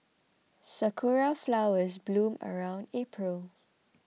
sakura flowers bloom around April